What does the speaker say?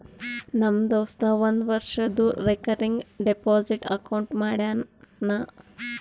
ನಮ್ ದೋಸ್ತ ಒಂದ್ ವರ್ಷದು ರೇಕರಿಂಗ್ ಡೆಪೋಸಿಟ್ ಅಕೌಂಟ್ ಮಾಡ್ಯಾನ